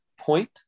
point